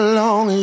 long